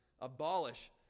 Abolish